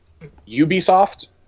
Ubisoft